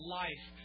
life